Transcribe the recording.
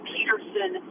Peterson